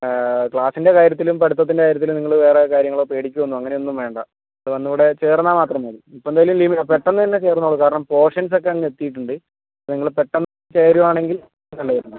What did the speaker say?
ക്ലാസിന്റെ കാര്യത്തിലും പഠിത്തത്തിന്റെ കാര്യത്തിലും നിങ്ങൾ വേറെ കാര്യങ്ങളോ പേടിക്കുവോ അങ്ങനെ ഒന്നും വേണ്ട ഇവിടെ വന്ന് ചേർന്നാൽ മാത്രം മതി ഇപ്പം എന്തായാലും പെട്ടെന്ന് തന്നെ ചേർന്നോളൂ കാരണം പോർഷൻസ് ഒക്കെ അങ്ങ് എത്തിയിട്ടുണ്ട് നിങ്ങൾ പെട്ടെന്ന് ചേരുവാണെങ്കിൽ നല്ലതായിരിക്കും